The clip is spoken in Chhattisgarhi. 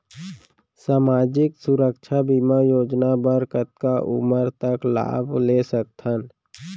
सामाजिक सुरक्षा बीमा योजना बर कतका उमर तक लाभ ले सकथन?